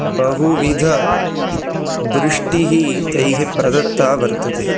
बहु विधदृष्टिः तैः प्रदत्ता वर्तते